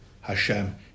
Hashem